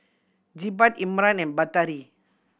Jebat Imran and Batari